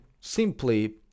simply